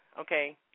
Okay